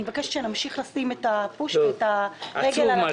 אני מבקשת שנמשיך ללחוץ ולטפל בעניין הזה.